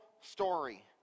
story